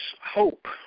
hope